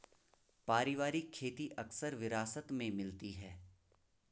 पारिवारिक खेती अक्सर विरासत में मिलती है